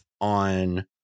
on